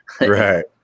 Right